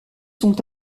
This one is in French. sont